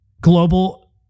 global